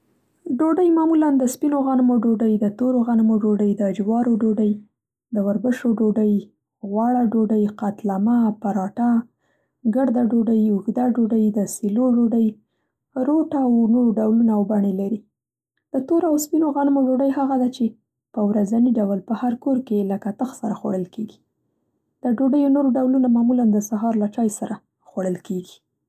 ډوډۍ معمولا د سپینو غنمو ډوډۍ، د تورو غنمو ډوډۍ، د جوارو ډوډۍ، د وربشو ډوډۍ، غوړه ډوډۍ، قتلمه، پراټه، ګرده ډوډۍ، اوږده ډوډۍ، د سیلو ډوډۍ، روټ او نور ډولونه او بڼې لري. د تورو او سپینو غنمو ډوډۍ هغه ده چې په ورځني ډول په هر کور کې له کتخ سره خوړل کېږي. د ډوډیو نور ډولونه معمولا د سهار له چای سره خوړل کېږي.